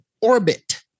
orbit